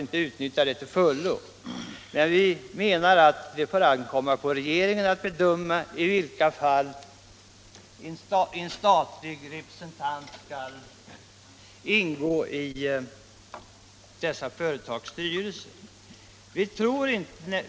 Från utskottets sida menar vi att det får ankomma på regeringen att bedöma i vilka fall en statlig representant skall ingå i dessa företags styrelser.